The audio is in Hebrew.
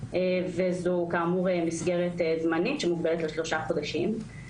וזו כאמור מסגרת זמנית שמוגבלת לשלושה חודשים.